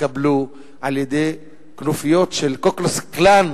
יתקבלו על-ידי כנופיות של "קו קלוקס קלאן"